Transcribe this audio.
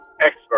expert